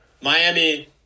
Miami